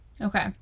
Okay